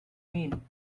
mean